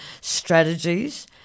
strategies